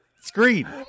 screen